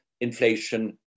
inflation